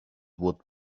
would